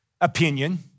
opinion